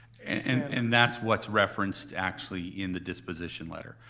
and that's what's referenced actually in the disposition letter.